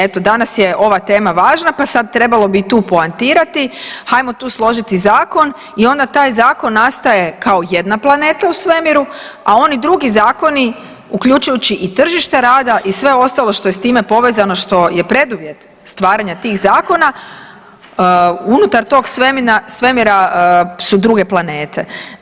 Eto danas je ova tema važna, pa sada trebalo bi i tu poentirati, hajmo tu složiti zakon i onda taj zakon nastaje kao jedna planeta u svemiru, a oni drugi zakoni uključujući i tržište rada i sve ostalo što je s time povezano što je preduvjet stvaranja tih zakona unutar tog svemira su druge planete.